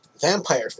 vampire